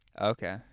Okay